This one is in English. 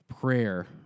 Prayer